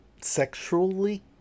sexually